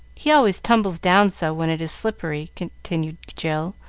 he always tumbles down so when it is slippery, continued jill,